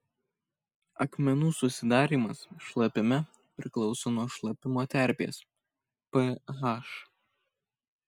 akmenų susidarymas šlapime priklauso nuo šlapimo terpės ph